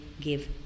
give